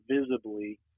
visibly